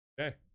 Okay